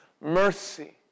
mercy